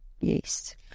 Yes